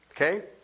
Okay